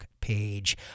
page